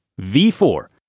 V4